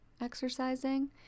exercising